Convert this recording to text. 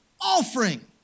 offering